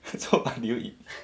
so what did you eat